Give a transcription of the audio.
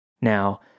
Now